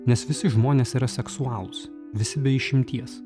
nes visi žmonės yra seksualūs visi be išimties